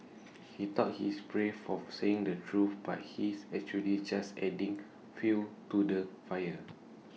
he thought he's brave for saying the truth but he's actually just adding fuel to the fire